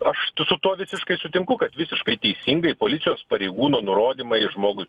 aš su tuo visiškai sutinku kad visiškai teisingai policijos pareigūno nurodymai žmogui